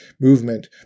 movement